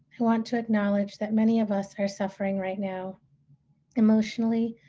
i want to acknowledge that many of us are suffering right now emotionally,